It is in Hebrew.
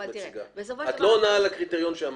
את לא עונה על הקריטריון שאמרתי.